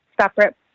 separate